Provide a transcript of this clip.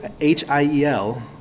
H-I-E-L